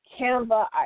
Canva